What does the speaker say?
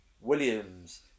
Williams